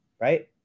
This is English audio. right